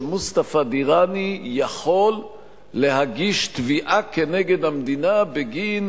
שמוסטפא דיראני יכול להגיש תביעה כנגד המדינה בגין